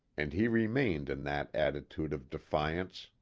and he remained in that attitude of defiance,